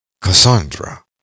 Cassandra